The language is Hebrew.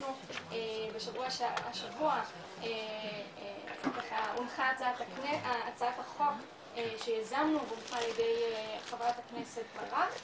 אנחנו השבוע הונחה הצעת החוק שיזמנו והונחה על ידי חברת הכנסת ברק,